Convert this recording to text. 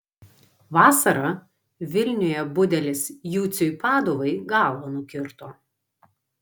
vasarą vilniuje budelis juciui paduvai galvą nukirto